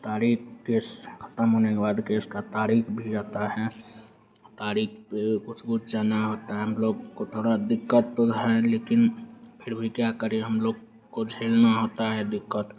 का तारीख़ केस ख़त्म होने के बाद केस की तारीख़ भी आती है और तारीख़ पर कुछ कुछ जाना होता है हम लोग को थोड़ा दिक़्क़त तो है लेकिन फिर भी क्या करें हम लोग को झेलना होता है दिक़्क़त